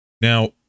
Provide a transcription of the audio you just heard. Now